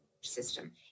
system